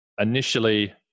initially